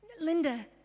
Linda